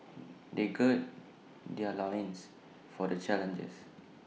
they gird their loins for the challenges